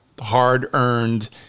hard-earned